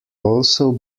also